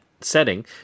setting